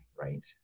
right